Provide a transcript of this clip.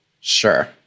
Sure